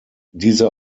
diese